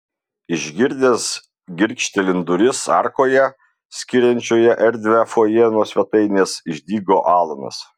išgirdęs girgžtelint duris arkoje skiriančioje erdvią fojė nuo svetainės išdygo alanas